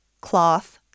cloth